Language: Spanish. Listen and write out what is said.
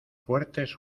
fuertes